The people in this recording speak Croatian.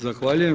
Zahvaljujem.